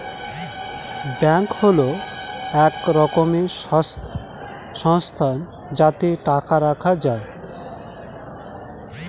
bank হল এক রকমের সংস্থা যাতে টাকা রাখা যায়